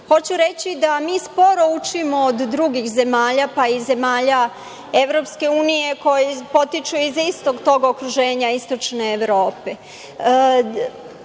Beča. Hoću reći, da mi sporo učimo od drugih zemalja, pa i zemalja EU koje potiču iz istog tog okruženja istočne Evrope.